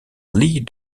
lee